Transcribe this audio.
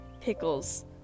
pickles